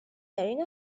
wearing